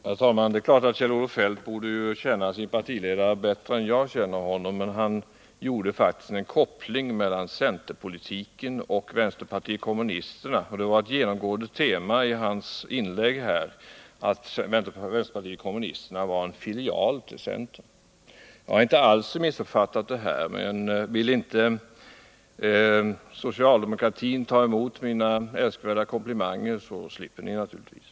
Herr talman! Det är klart att Kjell-Olof Feldt borde känna sin partiledare bättre än jag känner honom. Men Olof Palme gjorde faktiskt en koppling mellan centern och vänsterpartiet kommunisterna. Ett genomgående tema i hans inlägg var att vänsterpartiet kommunisterna var en filial till centern. Jag har alltså inte alls missuppfattat Olof Palme. Men vill inte socialdemokratin ta emot mina älskvärda komplimanger, så slipper man naturligtvis.